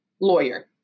lawyer